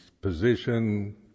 position